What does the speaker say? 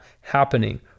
happening